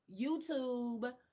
YouTube